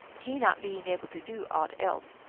he, not being able to do aught else,